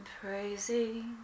Praising